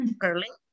curling